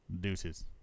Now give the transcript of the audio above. Deuces